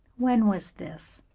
when was this?